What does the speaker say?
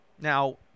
Now